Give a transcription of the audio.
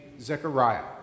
Zechariah